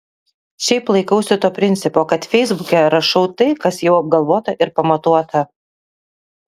šiaip laikausi to principo kad feisbuke rašau tai kas jau apgalvota ir pamatuota